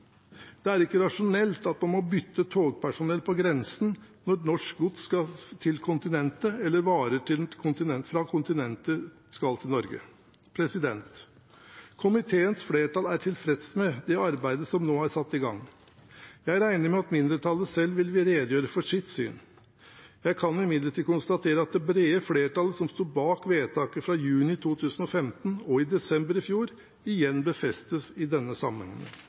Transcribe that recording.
Det er ikke rasjonelt at man må bytte togpersonell på grensen når norsk gods skal til kontinentet eller varer fra kontinentet skal til Norge. Komiteens flertall er tilfreds med det arbeidet som nå er satt i gang. Jeg regner med at mindretallet selv vil redegjøre for sitt syn. Jeg kan imidlertid konstatere at det brede flertallet som sto bak vedtaket fra juni 2015 og i desember i fjor, igjen befestes i denne